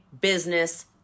business